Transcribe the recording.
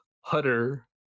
Hutter